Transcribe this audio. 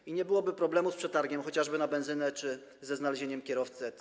I nie byłoby problemu z przetargiem chociażby na benzynę czy ze znalezieniem kierowcy etc.